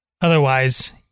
otherwise